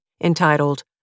entitled